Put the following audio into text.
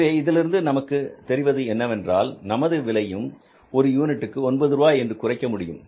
எனவே இதிலிருந்து நமக்கு தெரிவது என்னவென்றால் நமது விலையும் ஒரு யூனிட்டுக்கு ஒன்பது ரூபாய் என்று குறைக்கமுடியும்